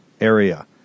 area